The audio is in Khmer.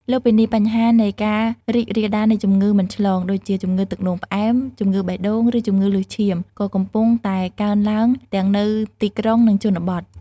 លើសពីនេះ បញ្ហានៃ ការរីករាលដាលនៃជំងឺមិនឆ្លង ដូចជា ជំងឺទឹកនោមផ្អែម ជំងឺបេះដូង ឬជំងឺលើសឈាម ក៏កំពុងតែកើនឡើងទាំងនៅទីក្រុង និងជនបទ។